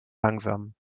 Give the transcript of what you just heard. langsam